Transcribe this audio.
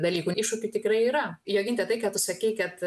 dalykų iššūkių tikrai yra joginte tai ką tu sakei kad